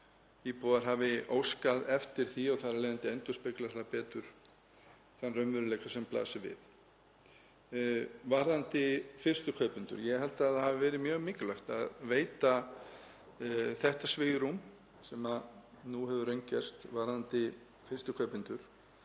íbúar hafi óskað eftir því og þar af leiðandi endurspeglar það betur þann raunveruleika sem blasir við. Ég held að það hafi verið mjög mikilvægt að veita þetta svigrúm sem nú hefur raungerst varðandi fyrstu kaupendur